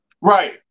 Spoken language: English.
Right